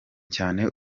cyane